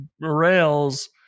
Rails